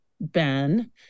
Ben